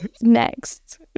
next